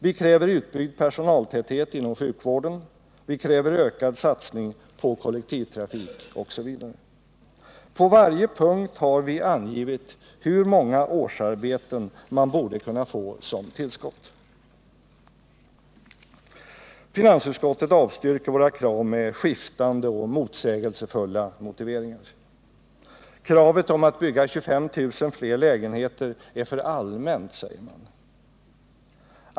Vi kräver utbyggd personaltäthet inom sjukvården, vi kräver ökad satsning på kollektivtrafik osv. På varje punkt har vi angivit hur många årsarbeten man borde kunna få som tillskott. 69 Finansutskottet avstyrker våra krav med skiftande och motsägelsefulla motiveringar. Kravet om att bygga 25 000 fler lägenheter är för allmänt, säger man.